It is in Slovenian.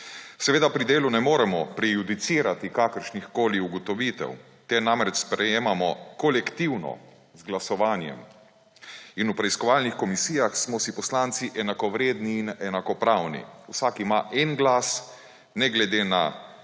Seveda pri delu ne moremo prejudicirati kakršnikoli ugotovitev. Te namreč sprejemamo kolektivno z glasovanjem in v preiskovalnih komisijah smo si poslanci enakovredni in enakopravni. Vsak ima en glas ne glede na njegov